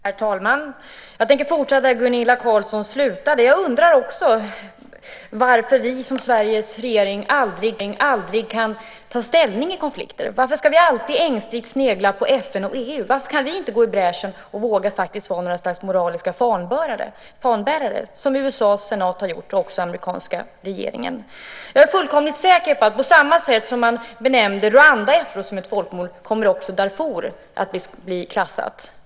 Herr talman! Jag tänker fortsätta där Gunilla Carlsson slutade. Jag undrar också varför Sveriges regering aldrig kan ta ställning i konflikter. Varför ska vi alltid ängsligt snegla på FN och EU? Varför kan vi inte gå i bräschen och våga vara något slags moraliska fanbärare som USA:s senat och också den amerikanska regeringen? Jag är fullkomligt säker på att på samma sätt som man efteråt benämnde det som skedde i Rwanda som ett folkmord kommer också det som sker i Darfur att klassas som folkmord.